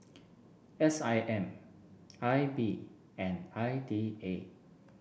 S I M I B and I D A